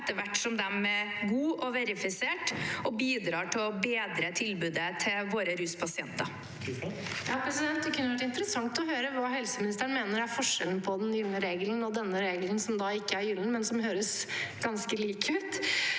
etter hvert som de er gode og verifiserte og bidrar til å bedre tilbudet til våre ruspasienter. Sandra Bruflot (H) Det kunne ha vært interessant å høre hva helseministeren mener er forskjellen på den gylne regelen og denne regelen, som da er ikke er gyllen, men som høres ganske lik ut.